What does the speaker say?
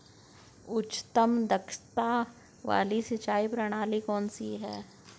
उच्चतम दक्षता वाली सिंचाई प्रणाली कौन सी है?